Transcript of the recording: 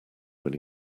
when